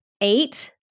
eight